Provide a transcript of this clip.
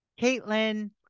Caitlin